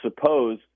suppose